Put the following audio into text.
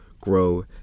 grow